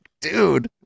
dude